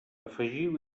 afegiu